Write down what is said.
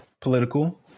political